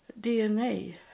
DNA